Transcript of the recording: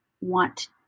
want